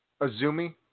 Azumi